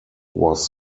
was